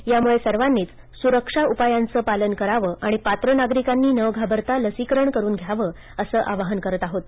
त्यामुळे सर्वांनीच स्रक्षा उपायांचं पालन करावं आणि पात्र नागरिकांनी न घाबरता लसीकरण करून घ्यावं असं आवाहन करत आहोत